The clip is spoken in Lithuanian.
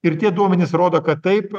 ir tie duomenys rodo kad taip